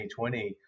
2020